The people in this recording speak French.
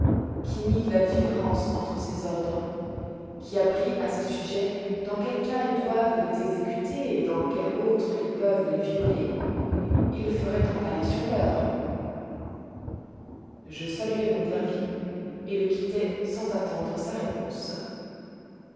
qui mît de la différence entre ses ordres et qui apprît à ses sujets dans quel cas ils doivent les exécuter et dans quel autre ils peuvent les violer il le feroit empaler sur l'heure je saluai mon dervis et le quittai sans attendre sa réponse